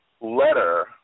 letter